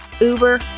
uber